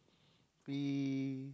we